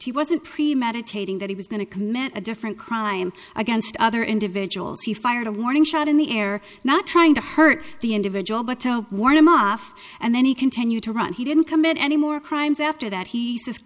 chased he wasn't premeditating that he was going to commit a different crime against other individuals he fired a warning shot in the air not trying to hurt the individual but to warn him off and then he continued to run he didn't commit any more crimes after that he